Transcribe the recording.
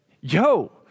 yo